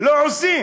לא עושים.